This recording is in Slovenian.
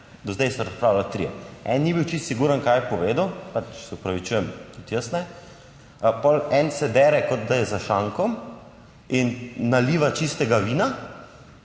do zdaj so razpravljali trije. En ni bil čisto siguren kaj je povedal, pa se opravičujem, tudi jaz ne, pol en se dere kot da je za šankom in naliva čistega vina,